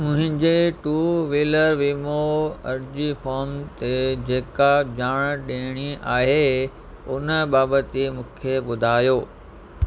मुंहिंजे two wheeler वीमो अर्ज़ी फोर्म ते जेका ॼाण ॾियणी आहे उन बाबति मूंखे ॿुधायो